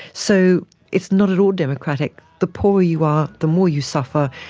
so it's not at all democratic. the poorer you are, the more you suffer,